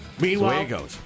Meanwhile